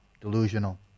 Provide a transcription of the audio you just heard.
delusional